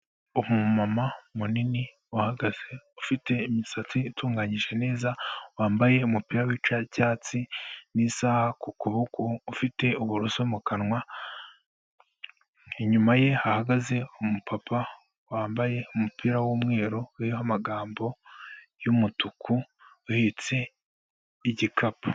Umumama munini uhagaze ufite imisatsi itunganje neza wambaye umupira w'icyatsi n'isaha ku kuboko ufite uburoso mu kanwa, inyuma ye ha hagaze umupapa wambaye umupira w'umweru uriho amagambo y'umutuku uhetse igikapu.